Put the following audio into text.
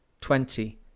twenty